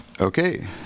okay